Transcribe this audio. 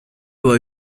وای